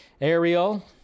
Ariel